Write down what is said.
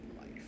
life